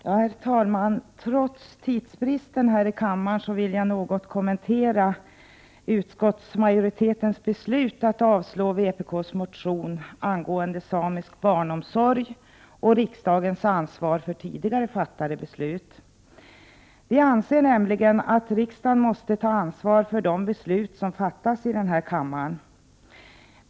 Herr talman! Trots tidsbristen vill jag något kommentera dels utskottsmajoritetens avstyrkande av min motion angående samisk barnomsorg, dels riksdagens ansvar för tidigare fattade beslut. Vi i vpk anser nämligen att riksdagen måste ta ansvar för de beslut som fattas i denna kammare.